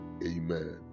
Amen